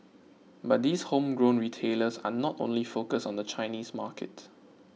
but these homegrown retailers are not only focused on the Chinese market